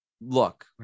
look